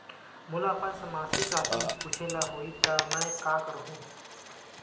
मोला अपन मासिक राशि पूछे ल होही त मैं का करहु?